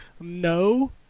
No